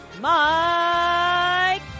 Mike